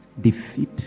defeat